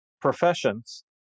professions